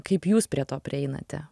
kaip jūs prie to prieinate